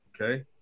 Okay